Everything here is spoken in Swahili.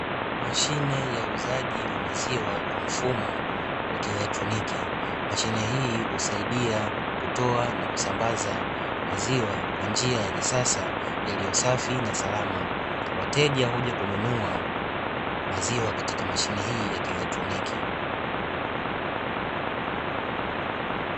Mashine ya uuzaji wa maziwa kwa mfumo wa kielektroniki, mashine hii husaidia kutoa na kusambaza maziwa kwa njia ya kisasa yaliyo safi na salama, wateja huja kununua maziwa katika mashine hii ya kielektroniki.